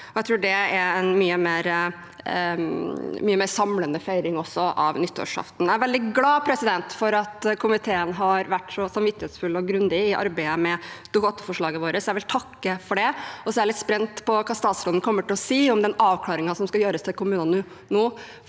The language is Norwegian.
det er en mye mer samlende feiring også av nyttårsaften. Jeg er veldig glad for at komiteen har vært så samvittighetsfull og grundig i arbeidet med Dokument 8-forslaget vårt. Jeg vil takke for det. Jeg er litt spent på hva statsråden kommer til å si med tanke på om den avklaringen som skal gjøres for kommunene nå,